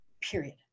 period